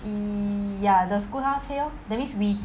mm ya the school help us pay lor that means we